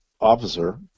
officer